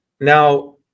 Now